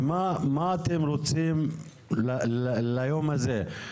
ומה אתם רוצים ליום הזה.